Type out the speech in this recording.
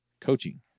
coaching